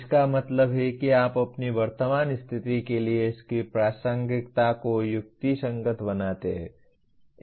इसका मतलब है कि आप अपनी वर्तमान स्थिति के लिए इसकी प्रासंगिकता को युक्तिसंगत बनाते हैं